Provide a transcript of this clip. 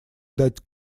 дать